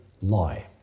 lie